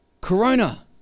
Corona